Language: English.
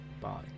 Bye